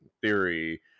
theory